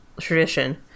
tradition